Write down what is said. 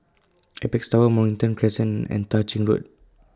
Apex Tower Mornington Crescent and Tah Ching Road